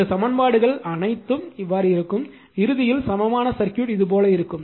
இந்த சமன்பாடுகள் அனைத்தும் இப்படி இருக்கும் இறுதியில் சமமான சர்க்யூட் இதுபோல் இருக்கும்